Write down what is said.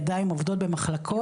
ידיים עובדות במחלקות.